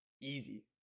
Easy